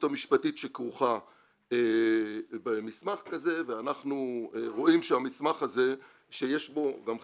המשפטית שכרוכה במסמך כזה ואנחנו רואים שהמסמך הזה שיש בו גם חסרונות,